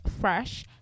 fresh